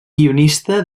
guionista